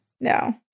No